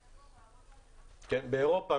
באירופה,